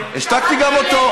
השתקתי גם אותו,